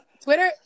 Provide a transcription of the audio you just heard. twitter